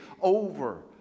over